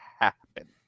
happen